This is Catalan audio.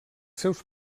seus